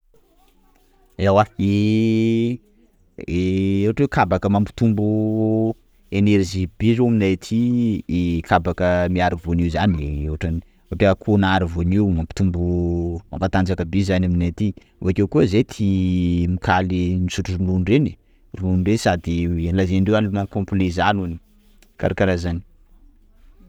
Ewa ohatra hoe kabaka mampitombo energie be zio aminay aty, kabaka miaro voanio zany, ohatran ohatra akoho naharo voanio, mampitombo mampatanjaka be zany aminay aty, bokeo koa zay tia mikaly misotro ronono reny ai, ronono reny sady lazaindreo aliments complet zany ony, karakarah zany.